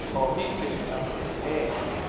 oh, he's safe enough in there,